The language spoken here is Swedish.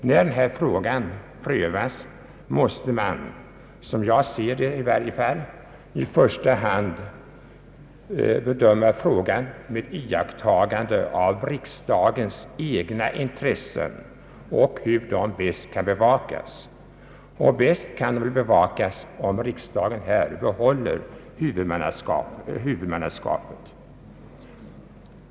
När denna fråga prövas måste man, som jag ser det i varje fall, i första hand bedöma den med iakttagande av hur riksdagens egna intressen bäst kan bevakas, och de kan bäst bevakas om riksdagen behåller huvudmannaskapet.